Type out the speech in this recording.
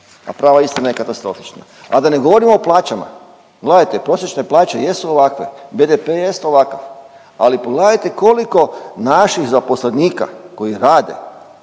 a prava istina je katastrofična. A da ne govorimo o plaćama, gledajte prosječne plaće jesu ovakve, BDP jest ovakav, ali pogledajte koliko naših zaposlenika koji rade